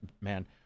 Man